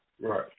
Right